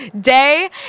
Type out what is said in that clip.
day